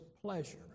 pleasure